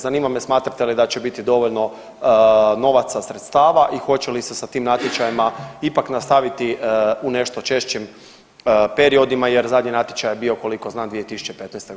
Zanima me smatrate li da će biti dovoljno novaca, sredstava i hoće li se sa tim natječajima ipak nastaviti u nešto češćim periodima jer zadnji natječaj je bio koliko znam 2015.